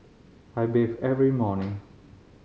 I bathe every morning